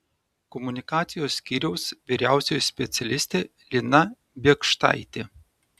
komunikacijos skyriaus vyriausioji specialistė lina biekštaitė